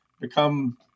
become